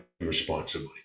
responsibly